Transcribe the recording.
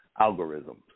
algorithms